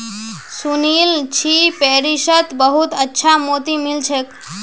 सुनील छि पेरिसत बहुत अच्छा मोति मिल छेक